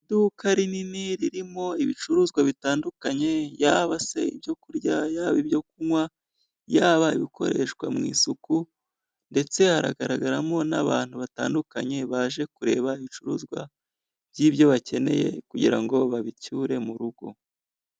Iduka rinini ririmo ibicuruzwa bitandukanye yaba se ibyo kurya, yaba ibyo kunywa, yaba ibikoreshwa mu isuku ndetse hagaragaramo n'abantu batandukanye baje kureba ibicuruzwa by'ibyo bakeneye kugira ngo babicyure mu rugo.